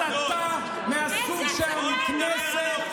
הסתה מהסוג שהכנסת,